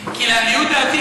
כי לעניות דעתי,